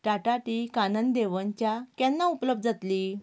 Tata tea Kanan Devan च्या केन्ना उपलब्ध जातली